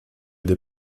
des